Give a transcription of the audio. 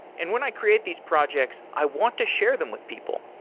and when i create these projects, i want to share them with people.